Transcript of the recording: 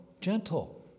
gentle